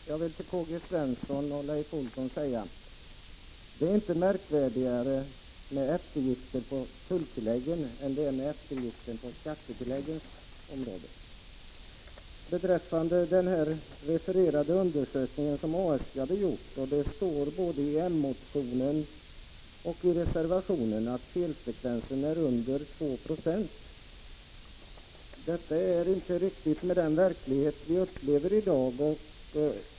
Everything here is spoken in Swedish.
Herr talman! Jag vill till Karl-Gösta Svenson och Leif Olsson säga: Det är inte märkvärdigare med eftergift av tulltillägg än det är med eftergift av skattetillägg. I den här refererade undersökningen som ASG gjort och som åberopas både i moderaternas motion och i reservationen anges att felfrekvensen är under2 90. Detta överensstämmer inte med den verklighet vi upplever i dag.